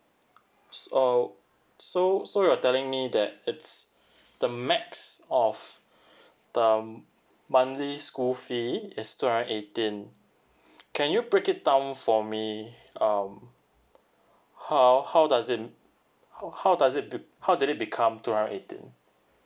oh so so you're telling me that it's the max of the monthly school fee is two hundred eighteen can you break it down for me um how how does it how how does it be how does it become two hundred eighteen